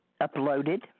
uploaded